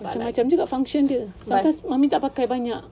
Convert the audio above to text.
macam-macam juga function dia sometimes mummy tak pakai banyak